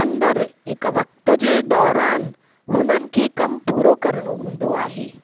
अंदरि हिकु वक़्त जे दौरान हुननि खे कमु पूरो करिणो हूंदो आहे